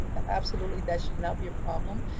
and absolutely that should not be a problem.